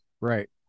right